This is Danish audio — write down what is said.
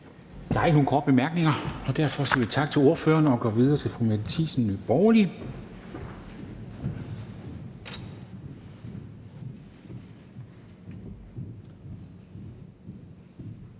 Der er ikke nogen korte bemærkninger. Derfor siger vi tak til ordføreren og går videre til fru Mette Thiesen, Nye Borgerlige.